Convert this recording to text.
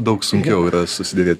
daug sunkiau yra susiderėt